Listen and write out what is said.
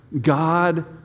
God